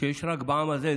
שיש רק בעם הזה.